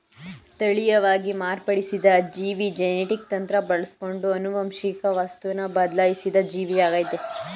ತಳೀಯವಾಗಿ ಮಾರ್ಪಡಿಸಿದ ಜೀವಿ ಜೆನೆಟಿಕ್ ತಂತ್ರ ಬಳಸ್ಕೊಂಡು ಆನುವಂಶಿಕ ವಸ್ತುನ ಬದ್ಲಾಯ್ಸಿದ ಜೀವಿಯಾಗಯ್ತೆ